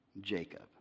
Jacob